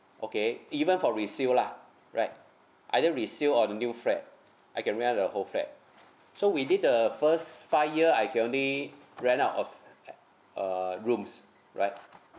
okay even for resale lah right either resale or new flat I can rent out the whole flat so within the first five year I can only rent out a a rooms right